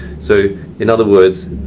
so in other words,